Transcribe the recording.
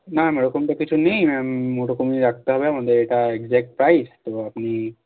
না ম্যাম ওরকম তো কিছু নেই ওরকম রাখতে হবে আমাদের এটা এগজ্যাক্ট প্রাইস তো আপনি